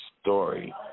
story